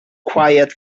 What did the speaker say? quiet